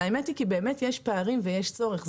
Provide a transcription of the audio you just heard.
האמת היא שבאמת יש פערים ויש צורך.